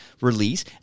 release